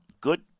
good